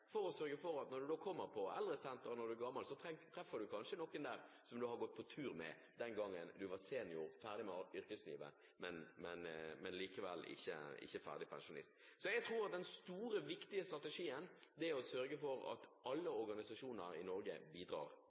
for å sørge for at når du kommer på eldresenteret når du er gammel, treffer du kanskje noen der som du har gått på tur med den gangen du var senior, ferdig med yrkeslivet, men likevel ikke ferdig pensjonist. Så jeg tror den store, viktige strategien er å sørge for at alle organisasjoner i Norge bidrar